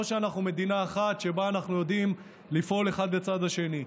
או שאנחנו מדינה אחת שבה אנחנו יודעים לפעול אחד לצד השני?